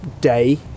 day